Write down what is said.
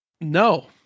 No